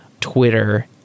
Twitter